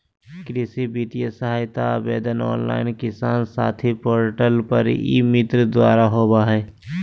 कृषि वित्तीय सहायता आवेदन ऑनलाइन किसान साथी पोर्टल पर ई मित्र द्वारा होबा हइ